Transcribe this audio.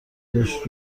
داشت